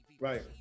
Right